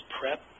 Prep